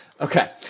Okay